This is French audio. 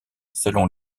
selon